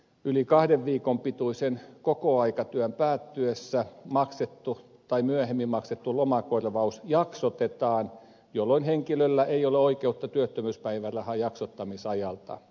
yli kahden viikon pituisen kokoaikatyön päättyessä maksettu tai myöhemmin maksettu lomakorvaus jaksotetaan jolloin henkilöllä ei ole oikeutta työttömyyspäivärahaan jaksottamisajalta